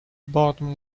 bottom